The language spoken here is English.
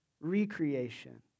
recreation